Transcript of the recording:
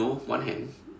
no one hand